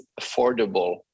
affordable